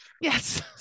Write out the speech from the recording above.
Yes